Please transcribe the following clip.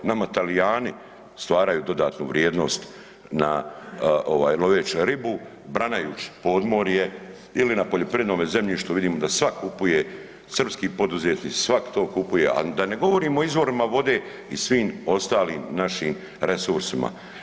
Nama Talijani stvaraju dodatnu vrijednost na ovaj loveći ribu, branajući podmorje ili na poljoprivrednome zemljištu vidimo da svak kupuje, srpski poduzetnici, svak to kupuje, a da ne govorimo o izvorima vode i svim ostalim našim resursima.